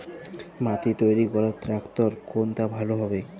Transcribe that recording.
মাটি তৈরি করার ট্রাক্টর কোনটা ভালো হবে?